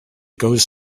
goes